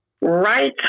right